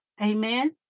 Amen